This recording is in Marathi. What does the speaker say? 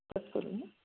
कट करू नं